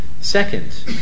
Second